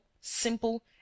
simple